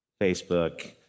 Facebook